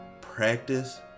Practice